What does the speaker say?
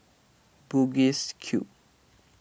Bugis Cube